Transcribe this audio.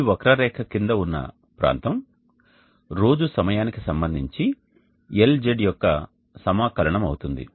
ఈ వక్రరేఖ కింద ఉన్న ప్రాంతం రోజు సమయానికి సంబంధించి LZ యొక్క సమాకలనం అవుతుంది